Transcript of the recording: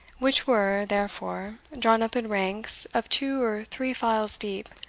which were, therefore, drawn up in ranks of two or three files deep,